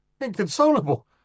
inconsolable